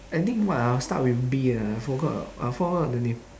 I think what ah start with B ah I forgot I forgot the name